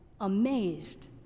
amazed